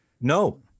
no